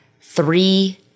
three